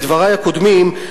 בדברי הקודמים,